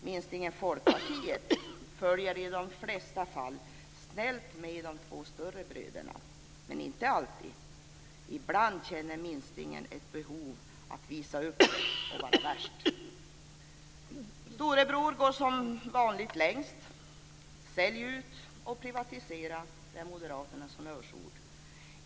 Minstingen, Folkpartiet, följer i de flesta fall snällt med de två större bröderna, men inte alltid. Ibland känner minstingen ett behov av att visa upp sig och vara värst. Storebror går som vanligt längst. Sälj ut och privatisera är Moderaternas honnörsord.